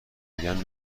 میگن